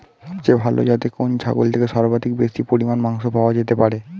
সবচেয়ে ভালো যাতে কোন ছাগল থেকে সর্বাধিক বেশি পরিমাণে মাংস পাওয়া যেতে পারে?